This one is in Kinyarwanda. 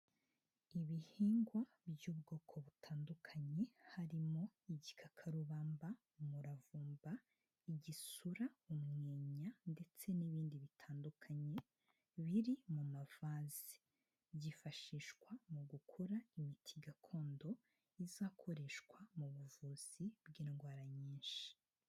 Ibihingwa by'ubwoko butandukanye harimo igikakarubamba, umuravumba, igisura, umwenya ndetse n'ibindi bitandukanye biri mu mavaze, byifashishwa mu gukora imiti gakondo izakoreshwa mu buvuzi bw'indwara nyinshi.